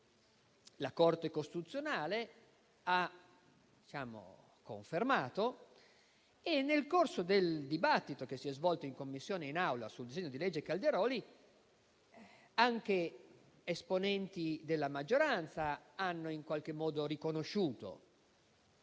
la Corte costituzionale ha confermato e che, nel corso del dibattito che si è svolto in Commissione e in Aula sul disegno di legge Calderoli, anche esponenti della maggioranza hanno in qualche modo riconosciuto.